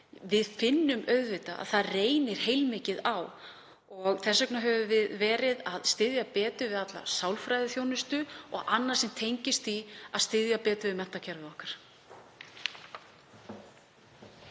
þá finnum við auðvitað að það reynir heilmikið á. Þess vegna höfum við verið að styðja betur við alla sálfræðiþjónustu og annað sem tengist því að styðja betur við menntakerfið okkar.